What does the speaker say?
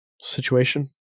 situation